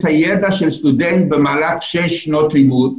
הידע של סטודנט במהלך שש שנות לימוד,